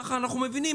ככה אנחנו מבינים,